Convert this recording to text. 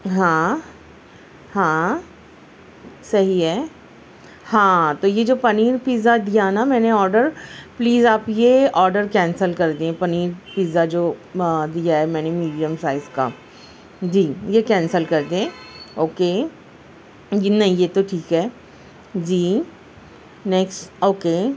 ہاں ہاں سہی ہے ہاں تو یہ جو پنیر پزا دیا نا میں نے آرڈر پلیز آپ یہ آرڈر کینسل کر دیں پنیر پزا جو دیا ہے میں نے میڈیم سائز کا جی یہ کینسل کر دیں اوکے نہیں یہ تو ٹھیک ہے جی نیکسٹ اوکے